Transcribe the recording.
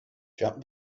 jump